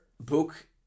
book